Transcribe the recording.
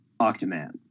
Octoman